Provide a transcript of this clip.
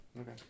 Okay